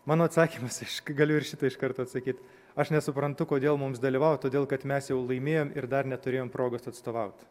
mano atsakymas aš g galiu ir šitą iš karto atsakyt aš nesuprantu kodėl mums dalyvaut todėl kad mes jau laimėjom ir dar neturėjom progos atstovaut